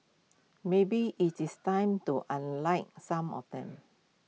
maybe IT is time to unlike some of them